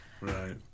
Right